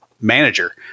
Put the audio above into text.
manager